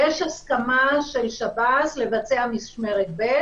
יש הסכמה של שב"ס לבצע משמרת ב',